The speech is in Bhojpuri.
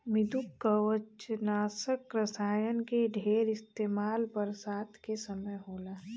मृदुकवचनाशक रसायन के ढेर इस्तेमाल बरसात के समय होला